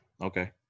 Okay